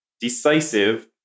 decisive